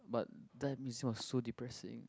but damn it was so depressing